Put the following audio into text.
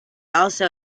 also